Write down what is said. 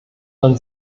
man